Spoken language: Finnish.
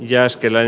jääskelän